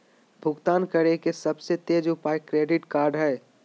भुगतान करे के सबसे तेज उपाय क्रेडिट कार्ड हइ